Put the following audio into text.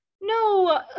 No